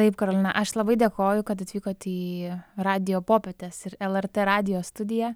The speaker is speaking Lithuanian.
taip karolina aš labai dėkoju kad atvykot į radijo popietės ir lrt radijo studiją